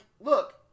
look